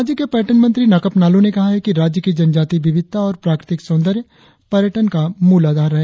राज्य के पर्यटन मंत्री नाकाप नालो ने कहा है कि राज्य की जनजातीय विविधता और प्राकृतिक सौंदर्य पर्यटन का मूल आधार है